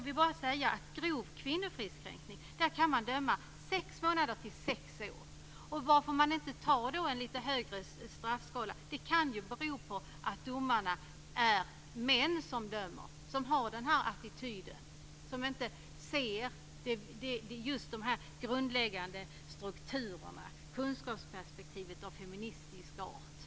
Vid grov kvinnofridskränkning kan man döma till fängelse från sex månader upp till sex år. Och anledningen till att man inte inför en strängare straffskala kan vara att det ofta är män som är domare. De kanske inte ser de grundläggande strukturerna och har inte ett kunskapsperspektiv av feministisk art.